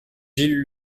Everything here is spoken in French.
gilles